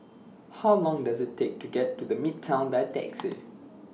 How Long Does IT Take to get to The Midtown By Taxi